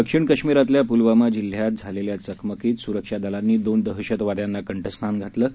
दक्षिण काश्मिरातल्या पुलवामा जिल्ह्यात झालेल्या चकमकीत सुरक्षा दलांनी दोन दहशतवाद्यांना कंठस्थान घातले आहे